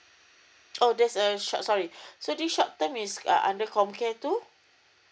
oh there's a short sorry so this short term is uh under com care too